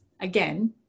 Again